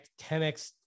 10X